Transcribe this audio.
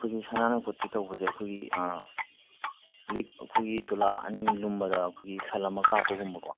ꯑꯩꯈꯣꯏꯒꯤ ꯁꯅꯥꯅ ꯀꯣꯇꯦꯠ ꯇꯧꯕꯁꯦ ꯑꯩꯈꯣꯏꯒꯤ ꯂꯤꯛ ꯑꯩꯈꯣꯏꯒꯤ ꯇꯨꯂꯥ ꯑꯅꯤ ꯂꯨꯝꯕꯗ ꯑꯩꯈꯣꯏꯒꯤ ꯁꯟ ꯑꯃ ꯀꯥꯞꯄꯒꯨꯝꯕꯀꯣ